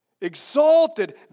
exalted